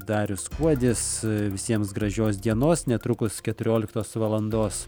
darius kuodis visiems gražios dienos netrukus keturioliktos valandos